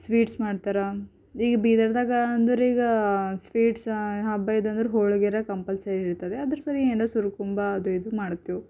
sweets ಮಾಡ್ತಾರೆ ಈಗ ಬೀದರ್ದಾಗ ಅಂದರೀಗ ಸ್ವೀಟ್ಸ್ ಹಬ್ಬ ಇದು ಅಂದ್ರೆ ಹೋಳ್ಗೆರೆ ಕಂಪಲ್ಸರಿ ಇರ್ತದೆ ಅದ್ರ ಸೇರಿ ಏನಾರ ಸುರುಕುಂಬಾ ಅದು ಇದು ಮಾಡ್ತೇವೆ